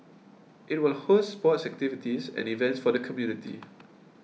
it will host sports activities and events for the community